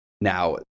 Now